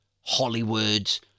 Hollywood